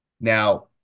Now